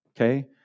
Okay